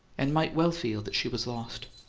and might well feel that she was lost.